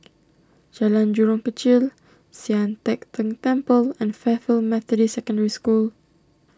Jalan Jurong Kechil Sian Teck Tng Temple and Fairfield Methodist Secondary School